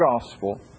gospel